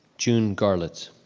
june garlitz.